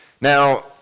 Now